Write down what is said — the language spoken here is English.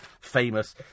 famous